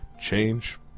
change